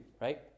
right